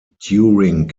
during